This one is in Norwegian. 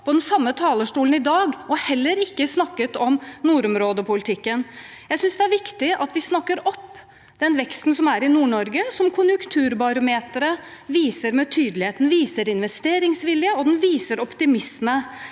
på den samme talerstolen i dag, og heller ikke snakket om nordområdepolitikken. Jeg synes det er viktig at vi snakker opp den veksten som er i Nord-Norge, som konjunkturbarometeret viser med tydelighet. Det viser investeringsvilje, og det viser optimisme.